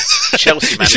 Chelsea